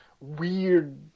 weird